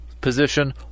position